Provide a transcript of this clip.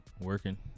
working